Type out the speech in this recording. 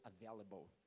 available